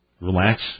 relax